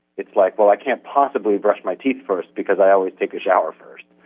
it's like, well, i can't possibly brush my teeth first because i always take a shower first.